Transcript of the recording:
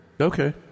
okay